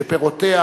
שפירותיה